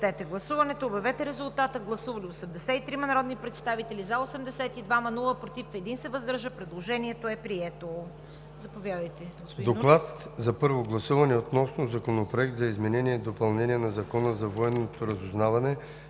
„ДОКЛАД за първо гласуване относно Законопроект за изменение и допълнение на Закона за военното разузнаване,